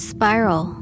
Spiral